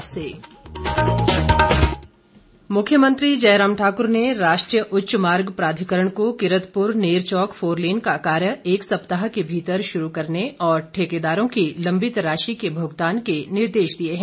प्रतिनिधिमंडल मुख्यमंत्री जयराम ठाकुर ने राष्ट्रीय उच्च मार्ग प्राधिकरण को किरतपुर नेरचौक फोरलेन का कार्य एक सप्ताह के भीतर शुरू करने और ठेकेदारों की लम्बित राशि के भुगतान के निर्देश दिए हैं